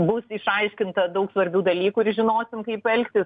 bus išaiškinta daug svarbių dalykų ir žinosim kaip elgtis